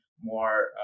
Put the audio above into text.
more